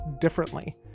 differently